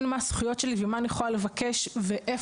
מה הזכויות שלי ומה אני יכולה לבקש ואיפה.